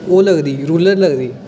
ओह् लगदी रूरल लगदी